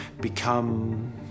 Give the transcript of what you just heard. become